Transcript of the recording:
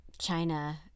china